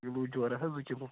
kilo جورا حظ زٕ کِلوٗ